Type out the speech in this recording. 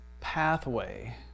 pathway